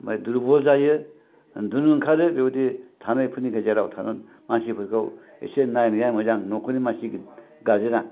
दुरबल जायो उन्दुनो ओंखारो बेबायदि थानायफोरनि गेजेराव थाना एसे मानसिफोरखौ नायनाया मोजां न'खरनि मानसि गारजेना